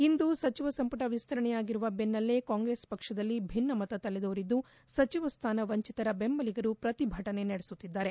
ಇಂದು ಸಚಿವ ಸಂಪುಟ ವಿಸ್ತರಣೆಯಾಗಿರುವ ಬೆನ್ನಲ್ಲೇ ಕಾಂಗ್ರೆಸ್ ಪಕ್ಷದಲ್ಲಿ ಭಿನ್ನಮತ ತಲೆದೋರಿದ್ದು ಸಚಿವ ಸ್ವಾನ ವಂಚಿತರ ದೆಂಬಲಿಗರು ಪ್ರತಿಭಟನೆ ನಡೆಸುತ್ತಿದ್ದಾರೆ